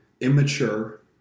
immature